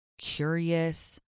curious